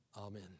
Amen